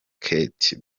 kate